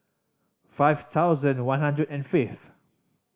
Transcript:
five thousand one hundred and fifth